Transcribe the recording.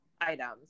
items